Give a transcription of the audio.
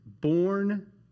born